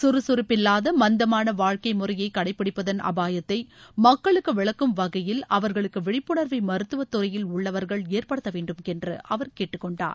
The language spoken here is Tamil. காகாப்பில்லாத மந்தமான வாழ்க்கை முறைய கடைப்பிடிப்பதன் அபாயத்தை மக்களுக்கு விளக்கும் வகையில் அவர்களுக்கு விழிப்புணர்வை மருத்துவ துறையில் உள்ளவர்கள் ஏற்படுத்த வேண்டும் என்று அவர் கேட்டுக்கொண்டார்